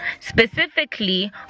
specifically